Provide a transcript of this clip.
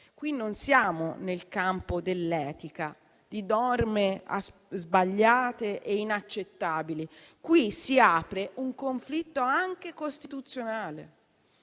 Qui non siamo nel campo dell'etica, di norme sbagliate e inaccettabili: qui si apre un conflitto anche costituzionale.